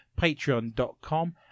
Patreon.com